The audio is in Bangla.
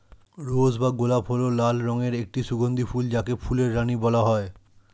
রোজ বা গোলাপ হল লাল রঙের একটি সুগন্ধি ফুল যাকে ফুলের রানী বলা হয়